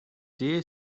tea